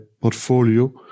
portfolio